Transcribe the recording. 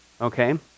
Okay